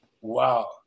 Wow